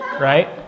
right